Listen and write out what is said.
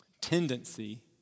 tendency